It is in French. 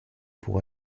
pour